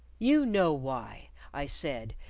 you know why, i said,